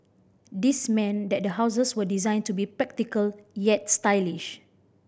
this meant that the houses were designed to be practical yet stylish